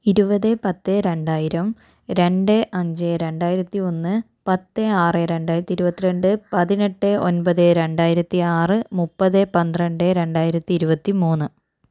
ഇരുപത് പത്ത് രണ്ടായിരം രണ്ട് അഞ്ച് രണ്ടായിരത്തി ഒന്ന് പത്ത് ആറ് രണ്ടായിരത്തിഇരുപത്തിരണ്ട് പതിനെട്ട് ഒൻപത് രണ്ടായിരത്തിആറ് മുപ്പത് പന്ത്രണ്ട് രണ്ടായിരത്തിഇരുപത്തിമൂന്ന്